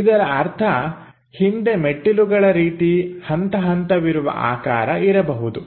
ಇದರ ಅರ್ಥ ಹಿಂದೆ ಮೆಟ್ಟಿಲುಗಳ ರೀತಿ ಹಂತ ಹಂತವಿರುವ ಆಕಾರ ಇರಬಹುದು